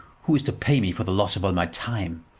who is to pay me for the loss of all my time?